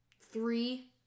three